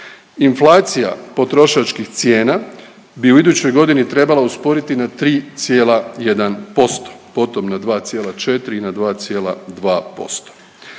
Inflacija potrošačkih cijena bi u idućoj godini trebala usporiti na 3,1%, potom na 2,4 i na 2,2%.